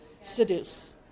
seduce